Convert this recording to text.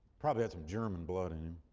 probably had some german blood in